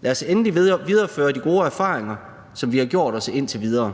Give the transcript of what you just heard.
Lad os endelig videreføre de gode erfaringer, som vi har gjort os indtil videre.